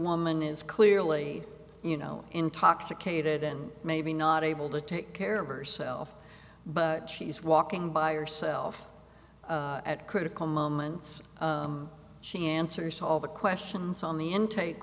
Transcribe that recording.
woman is clearly you know intoxicated and maybe not able to take care of herself but she's walking by herself at critical moments she answers all the questions on the intake